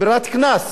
ברירת קנס.